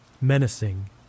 menacing